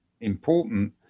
important